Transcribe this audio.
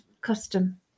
custom